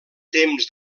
temps